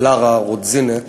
קלרה רודזינק,